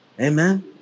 Amen